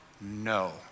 No